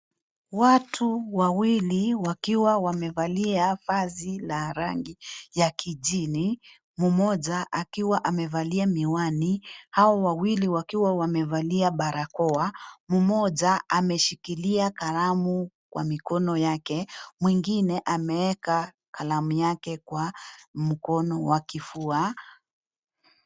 Watu wawili wakiwa wamevalia vazi ya rangi ya kijani mmoja akiwa amevalia miwani hao wawili wakiwa wamevalia barakoa mmoja ameshikilia kalamu kwa mikono yake mwingine ameeka kalamu yake kwa mkono wa kifua.